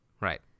Right